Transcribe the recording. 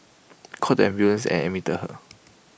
called the ambulance and admit her